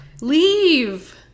Leave